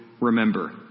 remember